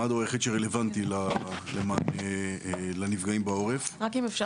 מד"א הוא היחיד שרלוונטי לנפגעים בעורף.